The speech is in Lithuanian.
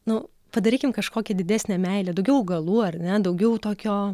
nu padarykim kažkokią didesnę meilę daugiau augalų ar ne daugiau tokio